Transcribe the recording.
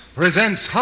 presents